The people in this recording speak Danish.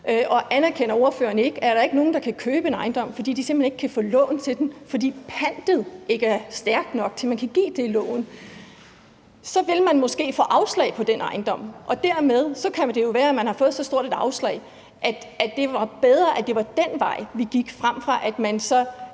og anerkender ordføreren ikke, at der er nogen, der ikke kan købe en ejendom, fordi de simpelt hen ikke kan få lån til den, fordi pantet ikke er stærkt nok til, at man kan give det lån, at så vil man måske få afslag på den ejendom, og at det dermed kan være, at man har fået så stort et afslag, at det var bedre, at det var den vej, vi gik, frem for at man så